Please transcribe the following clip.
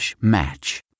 match